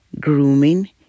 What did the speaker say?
grooming